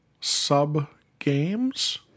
sub-games